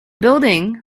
building